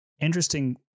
interesting